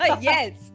yes